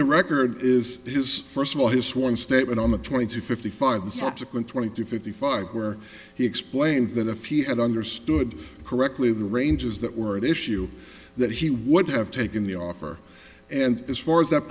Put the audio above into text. the record is his first of all his sworn statement on the twenty two fifty five the subsequent twenty two fifty five where he explains that a few had understood correctly the ranges that word issue that he would have taken the offer and as far as that